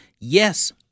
Yes